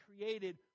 created